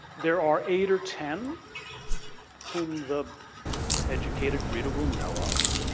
there are eight or ten who the educated reader will know of,